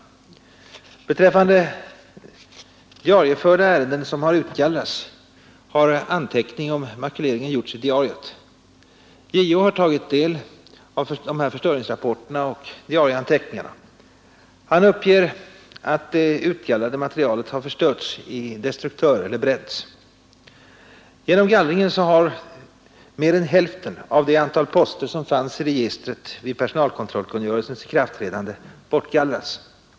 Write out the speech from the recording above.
Beträffande diarie förda ärenden som har utgallrats har anteckning om makuleringen gjorts i diariet. JO har tagit del av förstöringsrapporter och diarieanteckningar. Han uppger att det utgallrade materialet har förstörts i destruktör eller bränts Genom gallringen har mer än hälften av det antal poster som fanns i registret vid personalkontrollkungörelsens ikraftträdande bortgallrats.